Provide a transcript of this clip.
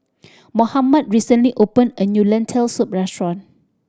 Mohammad recently opened a new Lentil Soup restaurant